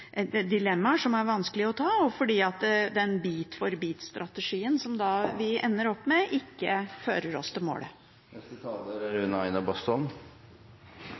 dilemmaer som er vanskelige, og fordi den bit-for-bit-strategien som vi ender opp med, ikke fører oss til målet. Nå har vi en debatt som om Norge er